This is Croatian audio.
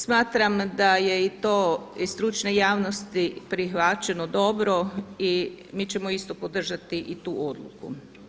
Smatram da je to i od stručne javnosti prihvaćeno dobro i mi ćemo isto podržati i tu odluku.